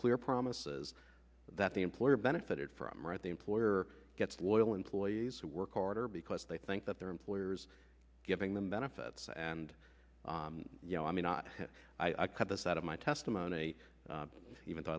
clear promises that the employer benefited from or at the employer gets loyal employees who work harder because they think that their employers giving them benefits and you know i mean not i cut this out of my testimony even though